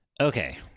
okay